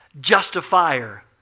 justifier